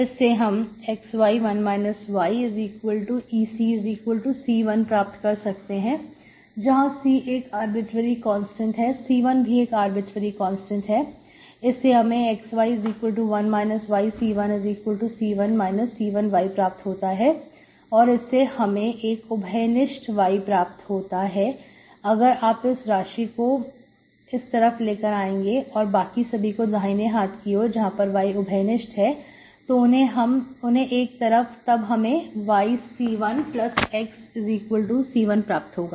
इससे हम xy1 yeCC1 प्राप्त कर सकते हैं जहां C एक आर्बिट्रेरी कांस्टेंट है C1 भी एक आर्बिट्रेरी कांस्टेंट है इससे हमें xy1 yC1C1 C1y प्राप्त होता है और इससे हमें एक उभय निष्ठ y प्राप्त होता है अगर आप इस राशि को इस तरफ लेकर आएंगे और बाकी सभी को दाहिने हाथ की ओर जहां पर y उभयनिष्ठ है उन्हें एक तरफ तब हमें yC1xC1 प्राप्त होगा